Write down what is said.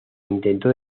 intentó